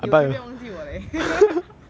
有钱不要忘记我 leh